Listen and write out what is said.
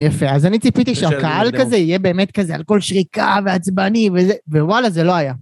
יפה, אז אני ציפיתי שהקהל כזה יהיה באמת כזה, על כל שריקה ועצבני וזה ווואלה, זה לא היה.